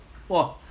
!wah!